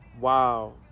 Wow